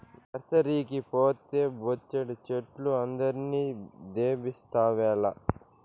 నర్సరీకి పోతే బొచ్చెడు చెట్లు అందరిని దేబిస్తావేల